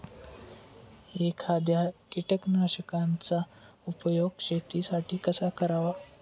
एखाद्या कीटकनाशकांचा उपयोग शेतीसाठी कसा करावा?